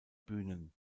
bühnen